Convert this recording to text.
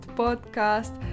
podcast